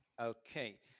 Okay